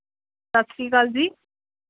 ਸਤਿ ਸ਼੍ਰੀ ਅਕਾਲ ਜੀ